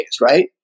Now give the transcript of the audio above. right